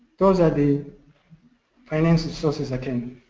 those are the financial sources like and